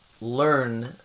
learn